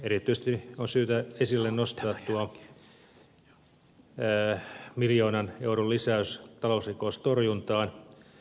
erityisesti on syytä nostaa esille miljoonan euron lisäys talousrikostorjuntaan